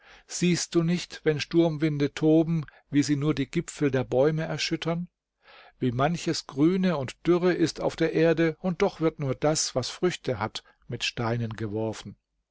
siehst du nicht wenn sturmwinde toben wie sie nur die gipfel der bäume erschüttern wie manches grüne und dürre ist auf der erde und doch wird nur das was früchte hat mit steinen geworfen